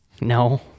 No